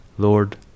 Lord